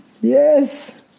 yes